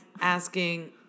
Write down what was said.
asking